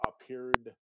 appeared